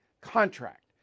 contract